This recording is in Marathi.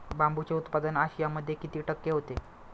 बांबूचे उत्पादन आशियामध्ये किती टक्के होते?